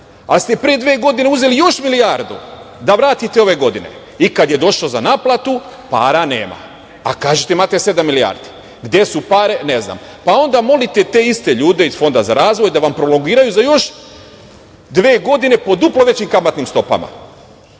ali ste pre dve godine uzeli još milijardu da vratite ove godine, i kad je došlo za naplatu, para nema, a kažete – imate sedam milijardi. Gde su pare? Ne znam. Onda molite te iste ljude iz Fonda za razvoj da vam prolongiraju za još dve godine, po duplo većim kamatnim stopama,